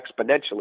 exponentially